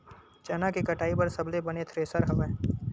चना के कटाई बर सबले बने थ्रेसर हवय?